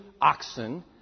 oxen